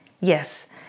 Yes